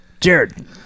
Jared